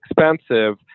expensive